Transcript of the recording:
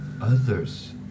others